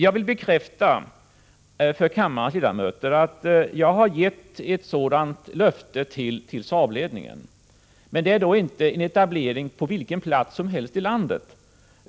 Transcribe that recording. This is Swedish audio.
Jag vill bekräfta för kammarens ledamöter att jag har gett ett sådant löfte till Saabledningen. Men det gäller inte en etablering på vilken plats som helst i landet.